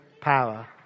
power